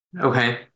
Okay